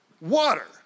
Water